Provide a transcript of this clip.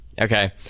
Okay